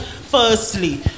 firstly